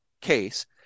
case